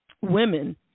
women